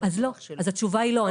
אם התשובה היא לא,